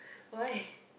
why